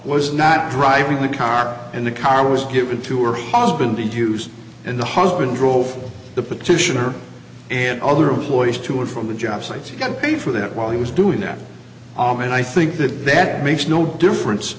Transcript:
was not driving the car and the car was given to her husband to use and the husband drove the petitioner and other a choice to or from the job sites you can pay for that while he was doing that and i think that that makes no difference